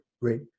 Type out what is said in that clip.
great